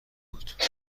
بود